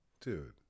dude